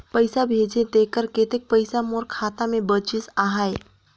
पइसा भेजे तेकर कतेक पइसा मोर खाता मे बाचिस आहाय?